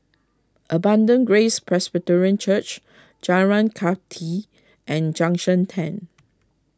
Abundant Grace Presbyterian Church Jalan Kathi and Junction ten